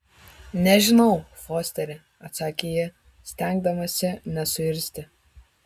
nežinau fosteri atsakė ji stengdamasi nesuirzti